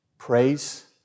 Praise